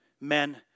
men